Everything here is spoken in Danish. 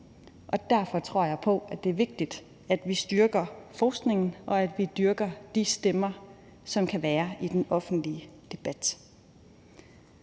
Derfor tror jeg på, at det er vigtigt, at vi styrker forskningen, og at vi dyrker de stemmer, som kan være i den offentlige debat.